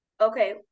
Okay